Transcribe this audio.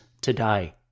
today